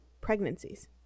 pregnancies